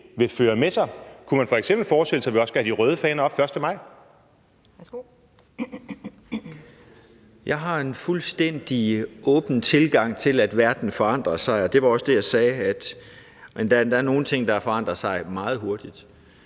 Jeg har en fuldstændig åben tilgang til, at verden forandrer sig. Det var også det, jeg sagde, nemlig at der er nogle ting, der forandrer sig meget hurtigt.